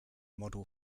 model